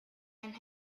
and